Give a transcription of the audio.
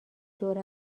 دور